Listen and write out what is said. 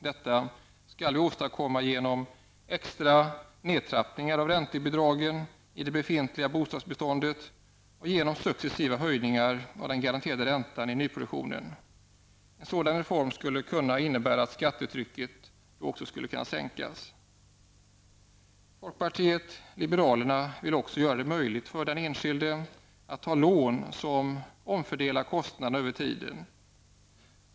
Detta skall åstadkommas genom extra nedtrappningar av räntebidragen i det befintliga bostadsbeståndet och genom successiva höjningar av den garanterade räntan i nyproduktionen. En sådan reform skulle kunna innebära att skattetrycket också skulle kunna sänkas. Folkpartiet liberalerna vill också göra det möjligt för den enskilde att ta lån som omfördelar kostnaderna över tiden.